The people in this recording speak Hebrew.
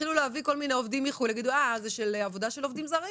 יתחילו להביא כל מיני עובדים אז הם יגידו שזו עבודה של עובדים זרים.